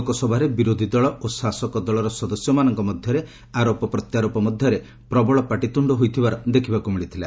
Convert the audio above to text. ଲୋକସଭାରେ ବିରୋଧୀ ଦଳ ଓ ଶାସକ ଦଳର ସଦସ୍ୟମାନଙ୍କ ମଧ୍ୟରେ ଆରୋପ ପ୍ରତ୍ୟାରୋପ ମଧ୍ୟରେ ପ୍ରବଳ ପାଟିତୁଣ୍ଡ ହୋଇଥିବାର ଦେଖିବାକୁ ମିଳିଥିଲା